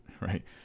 right